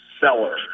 seller